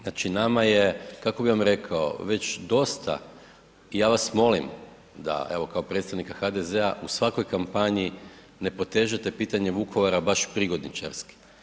Znači nama je kako bih vam rekao, već dosta i ja vas molim da evo kao predstavnika HDZ-a u svakoj kampanji ne potežete pitanje Vukovara baš prigodničarski.